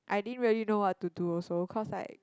I didn't really know what to do also cause like